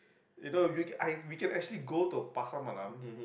you know we can I we can actually go to a Pasar Malam